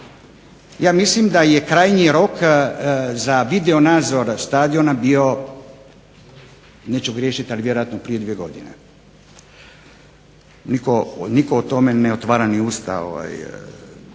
Ja mislim da je krajnji rok za video nadzor stadiona bio, neću griješit, ali vjerojatno prije dvije godine. Nitko o tome ne otvara ni usta,